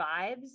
vibes